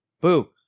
boo